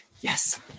Yes